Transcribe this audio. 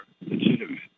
legitimate